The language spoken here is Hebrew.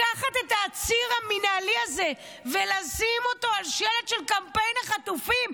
לקחת את העציר המינהלי הזה ולשים אותו על שלט של קמפיין החטופים?